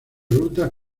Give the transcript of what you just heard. rutas